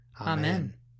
Amen